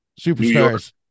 Superstars